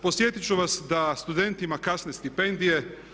Podsjetiti ću vas da studentima kasne stipendije.